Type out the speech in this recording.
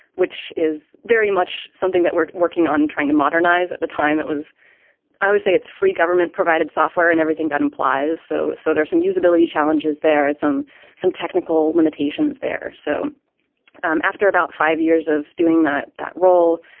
which is very much something that we're working on, trying to modernize. at the time, it was i would say it's free government provided software and everything that implies. so. so there's some usability challenges. there are some some technical limitations there. so um after about five years of doing that, that role,